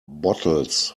bottles